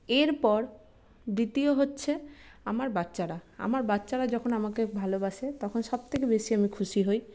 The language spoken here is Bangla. এর পর দ্বিতীয় হচ্ছে আমার বাচ্চারা আমার বাচ্চারা যখন আমাকে ভালোবাসে তখন সব থেকে বেশি আমি খুশি হই